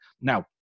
Now